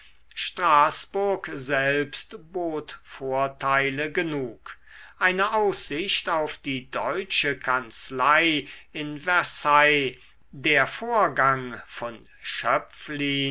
straßburg selbst bot vorteile genug eine aussicht auf die deutsche kanzlei in versailles der vorgang von schöpflin